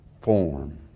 form